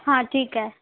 हा ठीक आहे